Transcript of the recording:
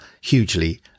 hugely